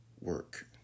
work